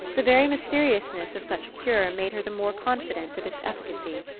the very mysteriousness of such a cure made her the more confident of its efficacy.